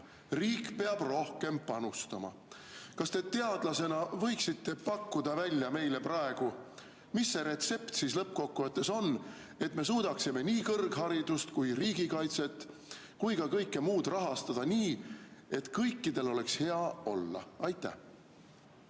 riik peab rohkem panustama. Kas te teadlasena võiksite meile praegu välja pakkuda, mis see retsept siis lõppkokkuvõttes on, et me suudaksime nii kõrgharidust kui riigikaitset kui ka kõike muud rahastada, nii et kõikidel oleks hea olla? Aitäh,